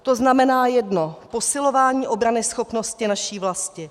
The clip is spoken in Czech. To znamená jedno posilování obranyschopnosti naší vlasti.